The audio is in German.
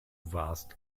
warst